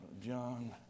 John